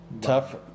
Tough